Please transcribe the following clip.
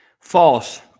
False